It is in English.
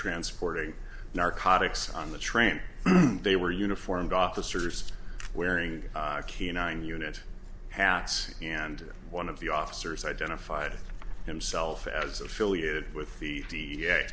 transporting narcotics on the train they were uniformed officers wearing khaki and nine unit hats and one of the officers identified himself as affiliated with the